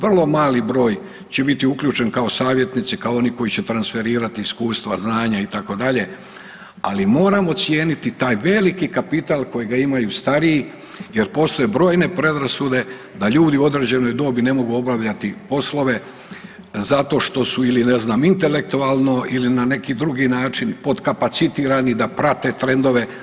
Vrlo mali broj će biti uključen kao savjetnici, kao oni koji će transferirati iskustva, znanja itd., ali moramo cijeniti taj veliki kapital kojega imaju stariji jer postoje brojne predrasude da ljudi u određenoj dobi ne mogu obavljati poslove zato što su ne znam ili intelektualno ili na neki drugi način podkapacitirani da prate trendove.